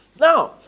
Now